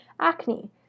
acne